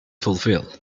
fulfill